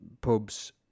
pubs